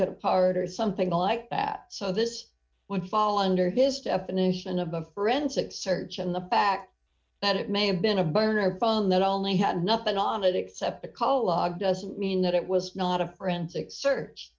took a part or something like that so this would fall under his definition of the forensic search and the fact that it may have been a barn or bone that only had nothing on it except the call log doesn't mean that it was not a forensic search